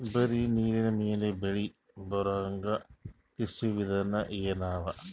ಬರೀ ನೀರಿನ ಮೇಲೆ ಬೆಳಿ ಬರೊಹಂಗ ಕೃಷಿ ವಿಧಾನ ಎನವ?